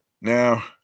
Now